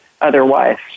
otherwise